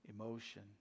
emotion